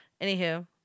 Anywho